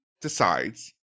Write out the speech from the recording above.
decides